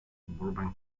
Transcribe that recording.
burbank